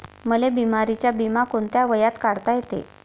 मले बिमारीचा बिमा कोंत्या वयात काढता येते?